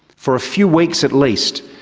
for a few weeks at least,